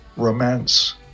romance